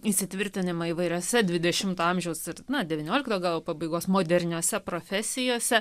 įsitvirtinimą įvairiose dvidešimto amžiaus ir na devyniolikto gal pabaigos moderniose profesijose